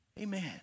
Amen